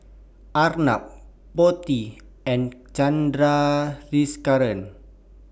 Arnab Potti and Chandrasekaran